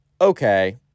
okay